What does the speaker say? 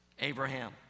Abraham